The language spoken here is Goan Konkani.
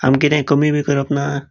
आमकां कितें कमी बी करप ना